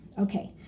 okay